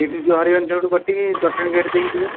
ଏଇଠୁ ଯିବ ହରିହର ଛକରୁ କଟିକି ଜଟଣୀ ଗେଟ୍ ଦେଇକି ଯିବେ